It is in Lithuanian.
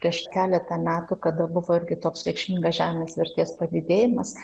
prieš keletą metų kada buvo irgi toks reikšmingas žemės vertės padidėjimas